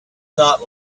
not